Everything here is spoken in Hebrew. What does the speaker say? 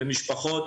ומשפחות